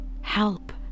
Help